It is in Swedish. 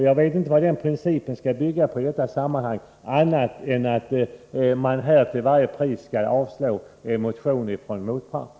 Jag vet dock inte vilken princip det skulle vara fråga om i detta sammanhang — annat än att man till varje pris skall avslå en motion från motparten.